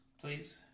Please